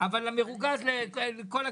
אבל המרוגז זה לכל הכיוונים.